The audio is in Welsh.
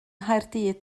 nghaerdydd